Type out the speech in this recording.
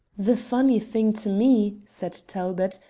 the funny thing to me, said talbot,